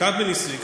הכרת בנישואים?